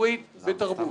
ציבורית בתרבות.